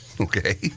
Okay